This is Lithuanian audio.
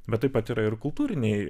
bet taip pat yra ir kultūriniai